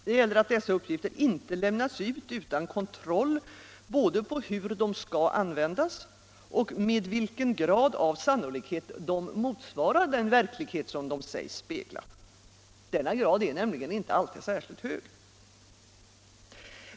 Det gäller att dessa uppgifter inte lämnas ut utan kontroll både av hur de skall användas och med vilken grad av sannolikhet de motsvarar den verklighet som de sägs spegla. Denna grad är nämligen inte alltid särskilt hög.